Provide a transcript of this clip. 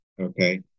Okay